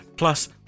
Plus